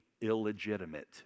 illegitimate